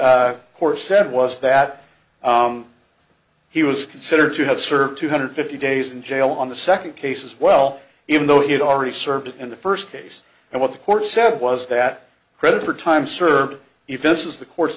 court said was that he was considered to have served two hundred fifty days in jail on the second case as well even though he had already served in the first case and what the court said was that credit for time served if this is the cour